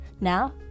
Now